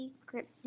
secret